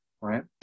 right